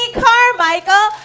carmichael